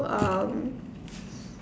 um